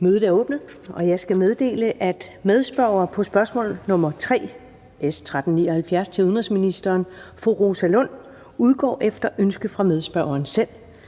Mødet er åbnet. Jeg skal meddele, at medspørger på spørgsmål nr. 3 (S 1379) til udenrigsministeren, Rosa Lund (EL), udgår efter ønske fra medspørgeren selv.